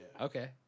okay